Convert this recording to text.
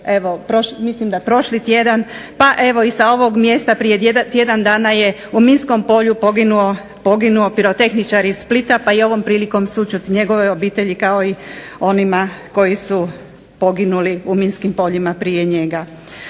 bilo prošli tjedan, pa evo i sa ovog mjesta prije tjedan dana je u minskom polju poginuo pirotehničar iz splita pa ovom prilikom sućut njegovoj obitelji kao i onima koji su poginuli u minskim poljima prije njega.